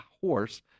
horse